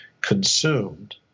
consumed